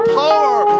power